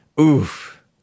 Oof